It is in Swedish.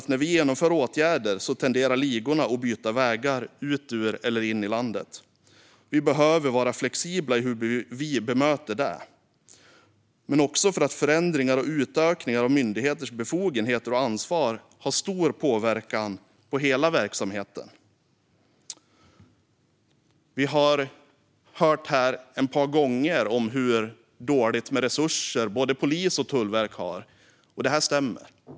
När vi genomför åtgärder tenderar ligorna nämligen att byta vägar ut ur eller in i landet, och vi behöver vara flexibla i hur vi bemöter det. Dessutom har förändringar och utökningar av myndigheters befogenheter och ansvar stor påverkan på hela verksamheten. Vi har hört ett par gånger här hur dåligt med resurser både polis och tullverk har, och det stämmer.